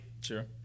Sure